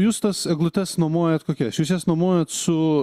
jūs tas eglutes nuomojat kokias jūs jas nuomojat su